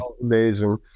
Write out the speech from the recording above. Amazing